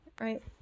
Right